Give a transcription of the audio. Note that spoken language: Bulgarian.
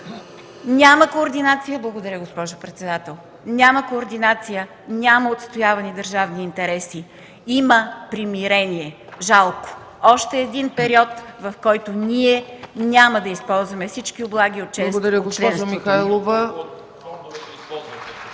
Няма координация, няма отстоявани държавни интереси. Има примирение. Жалко! Още един период, в който ние няма да използваме всички облаги от членството